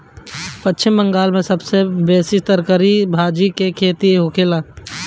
पश्चिम बंगाल में सबसे बेसी तरकारी भाजी के खेती होखेला